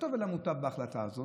לטוב ולמוטב בהחלטה הזאת,